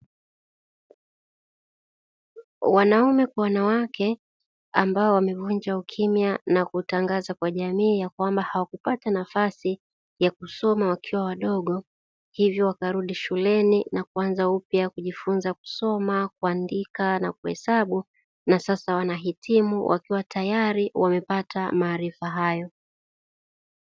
Wanaume kwa wanawake ambao wamevunja ukimya na kutangaza kwa jamii ya kwamba hawakupata nafasi ya kusoma wakiwa wadogo, hivyo wakarudi shuleni na kuanza upya kujifunza kusoma kuandika na kuhesabu na sasa wanahitimu wakiwa tayari wamepata maarifa hayo.